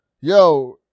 Yo